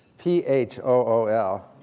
p h o o l.